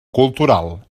cultural